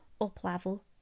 up-level